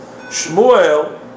Shmuel